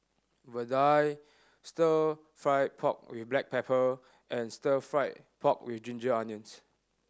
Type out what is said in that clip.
vadai Stir Fry pork with black pepper and Stir Fried Pork With Ginger Onions